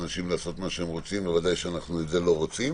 לא רוצים.